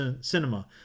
cinema